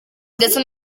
ndetse